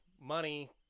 money